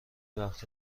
وقت